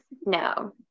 No